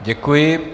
Děkuji.